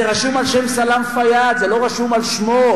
זה רשום על שם סלאם פיאד, זה לא רשום על שמו.